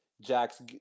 Jack's